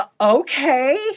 Okay